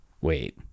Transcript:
Wait